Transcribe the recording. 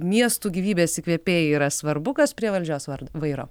miestų gyvybės įkvėpėjai yra svarbu kas prie valdžios vairo